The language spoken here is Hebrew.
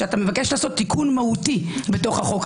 שאתה מבקש לעשות תיקון מהותי בחוק.